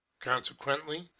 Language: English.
consequently